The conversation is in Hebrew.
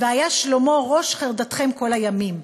והיה שלומו ראש חרדתכם כל הימים.